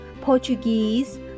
Portuguese